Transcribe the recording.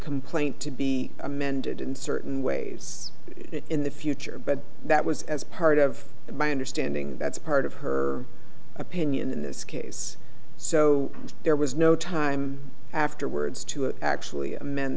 complaint to be amended in certain ways in the future but that was as part of my understanding that's part of her opinion in this case so there was no time afterwards to actually amend